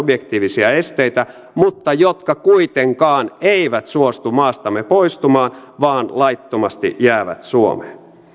objektiivisia esteitä mutta jotka kuitenkaan eivät suostu maastamme poistumaan vaan laittomasti jäävät suomeen